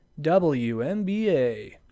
WNBA